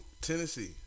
Tennessee